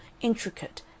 intricate